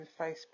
Facebook